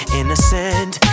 innocent